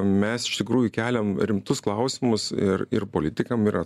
mes iš tikrųjų keliam rimtus klausimus ir ir politikam ir a